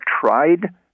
tried